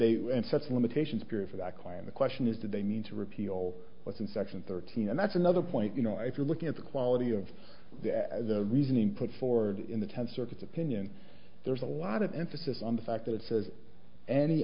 they win such limitations period for that client the question is did they mean to repeal what's in section thirteen and that's another point you know if you're looking at the quality of the reasoning put forward in the tenth circuit opinion there's a lot of emphasis on the fact that it says any